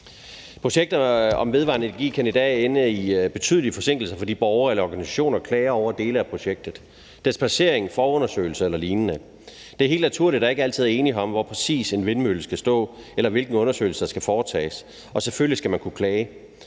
Projekter med vedvarende energi kan i dag ende med betydelige forsinkelser for de borgere eller organisationer, der klager over dele af projektet, dets placering og forundersøgelser eller lignende. Det er helt naturligt, at der ikke altid er enighed om, præcis hvor en vindmølle skal stå, eller hvilken undersøgelse der skal foretages, og selvfølgelig skal man kunne klage.